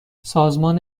سازمان